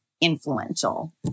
influential